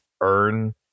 earn